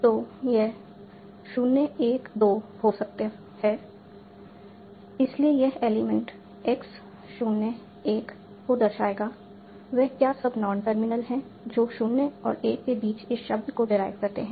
तो यह 0 1 2 हो सकता है इसलिए यह एलिमेंट x 0 1 को दर्शाएगा वे क्या सब नॉन टर्मिनल हैं जो 0 और 1 के बीच इस शब्द को डेराइव करते हैं